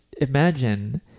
imagine